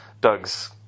Doug's